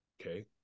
Okay